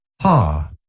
Ha